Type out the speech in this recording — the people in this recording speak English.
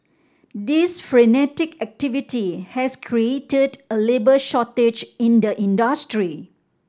this frenetic activity has created a labour shortage in the industry